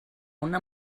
una